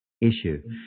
issue